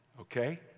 Okay